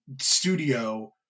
studio –